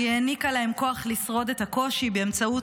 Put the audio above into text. היא העניקה להם כוח לשרוד את הקושי באמצעות